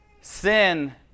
sin